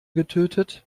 getötet